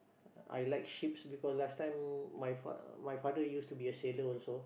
I like ships because last time my fa~ my father used to be a sailor also